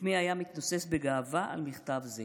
שמי היה מתנוסס בגאווה על מכתב זה.